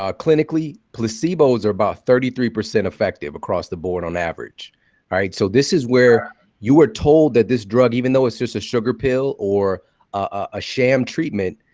ah clinically, placebos are about thirty three percent effective across the board on average, all right, so this is where you were told that this drug, even though it's just a sugar pill or a sham treatment,